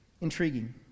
intriguing